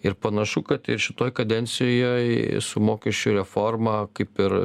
ir panašu kad ir šitoj kadencijoj su mokesčių reforma kaip ir